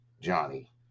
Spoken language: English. Johnny